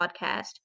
Podcast